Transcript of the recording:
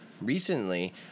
Recently